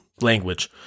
language